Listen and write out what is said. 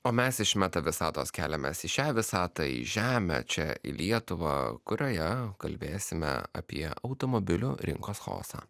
o mes iš meta visatos keliamės į šią visatą į žemę čia į lietuvą kurioje kalbėsime apie automobilių rinkos chaosą